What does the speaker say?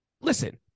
listen